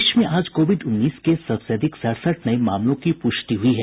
प्रदेश में आज कोविड उन्नीस के सबसे अधिक सड़सठ नये मामलों की प्रष्टि हुई है